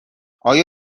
آیا